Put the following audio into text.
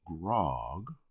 grog